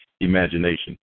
imagination